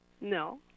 No